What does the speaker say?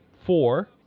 four